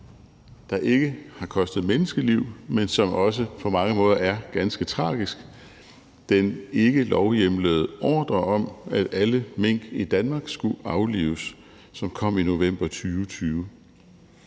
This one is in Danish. der ikke har kostet menneskeliv, men som på mange måder også er ganske tragisk: den ikkelovhjemlede ordre om, at alle mink i Danmark skulle aflives, som kom i november 2020.